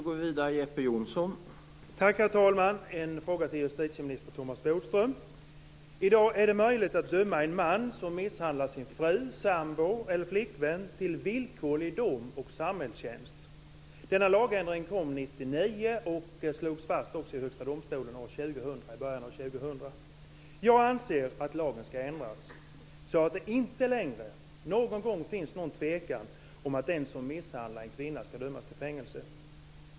Herr talman! Jag har en fråga till justitieminister I dag är det möjligt att döma en man som misshandlat sin fru, sambo eller flickvän till villkorlig dom och samhällstjänst. Denna lagändring kom 1999, och det slogs också fast i Högsta domstolen i början av år 2000. Jag anser att lagen ska ändras så att det inte längre någon gång finns någon tvekan om att den som misshandlar en kvinna ska dömas till fängelse.